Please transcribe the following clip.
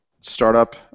startup